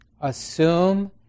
assume